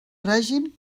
règim